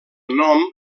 nom